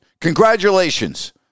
Congratulations